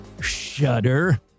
shudder